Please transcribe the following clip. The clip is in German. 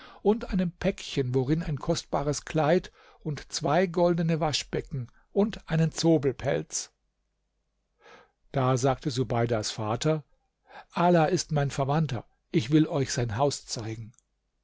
und einem päckchen worin ein kostbares kleid und zwei goldene waschbecken und einen zobelpelz da sagte subeidas vater ala ist mein verwandter ich will euch sein haus zeigen